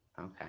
Okay